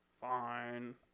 fine